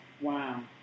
Wow